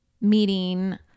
meeting